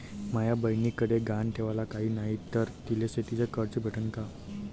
माया बयनीकडे गहान ठेवाला काय नाही तर तिले शेतीच कर्ज भेटन का?